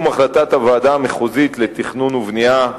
החלטת הוועדה המחוזית לתכנון ובנייה,